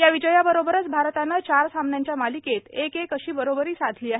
या विजयाबरोबरच भारतानं चार सामन्यांच्या मालिकेत एक एक अशी बरोबरी साधली आहे